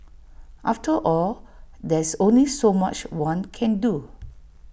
after all there's only so much one can do